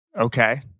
Okay